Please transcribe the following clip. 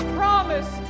promise